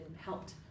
helped